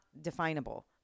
definable